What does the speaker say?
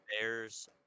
Bears